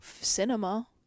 cinema